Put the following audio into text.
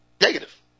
negative